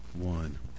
one